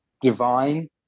divine